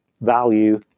value